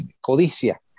codicia